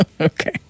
Okay